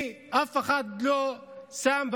כי אף אחד לא שם,